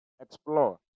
Explore